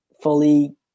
fully